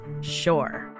Sure